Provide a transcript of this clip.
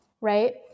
right